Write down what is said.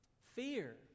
Fear